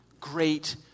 great